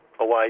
away